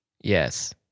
Yes